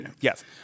Yes